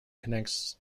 connects